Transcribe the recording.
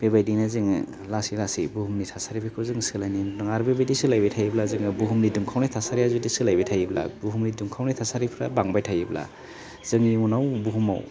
बेबायदिनो जोङो लासै लासै बुहुमनि थासारिफोरखौ जोङो सोलायनाय नुनो मोनदों आरो बेबायदि सोलायबाय थायोब्ला जोङो बुहुमनि दुंखावनाय थासारिया जुदि सोलायबाय थायोब्ला बुहुमनि दुंखावनाय थासारिफ्रा बांबाय थायोब्ला जोंनि उनाव बुहुमाव